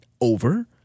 over